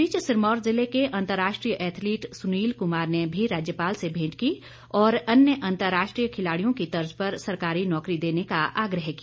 इस बीच सिरमौर ज़िले के अंतर्राष्ट्रीय एथलीट सुनील कुमार ने भी राज्यपाल से भेंट की और अन्य अंतर्राष्ट्रीय खिलाड़ियों की तर्ज पर सरकारी नौकरी देने का आग्रह किया